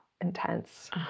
intense